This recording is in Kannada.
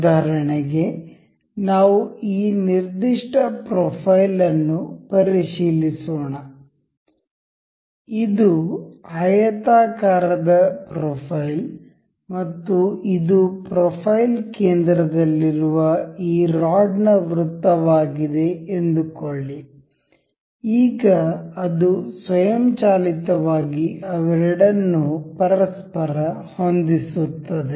ಉದಾಹರಣೆಗೆ ನಾವು ಈ ನಿರ್ದಿಷ್ಟ ಪ್ರೊಫೈಲ್ ಅನ್ನು ಪರಿಶೀಲಿಸೋಣ ಇದು ಆಯತಾಕಾರದ ಪ್ರೊಫೈಲ್ ಮತ್ತು ಇದು ಪ್ರೊಫೈಲ್ ಕೇಂದ್ರದಲ್ಲಿರುವ ಈ ರಾಡ್ನ ವೃತ್ತವಾಗಿದೆ ಎಂದುಕೊಳ್ಳಿ ಈಗ ಅದು ಸ್ವಯಂಚಾಲಿತವಾಗಿ ಅವೆರಡನ್ನು ಪರಸ್ಪರ ಹೊಂದಿಸುತ್ತದೆ